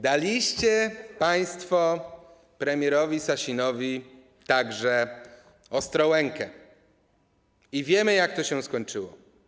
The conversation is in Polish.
Daliście państwo premierowi Sasinowi także Ostrołękę i wiemy, jak to się skończyło.